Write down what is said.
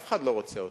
אף אחד לא רוצה אותם.